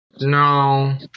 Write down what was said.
No